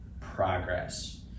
progress